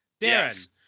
darren